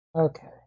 Okay